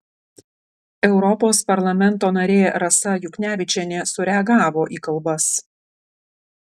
europos parlamento narė rasa juknevičienė sureagavo į kalbas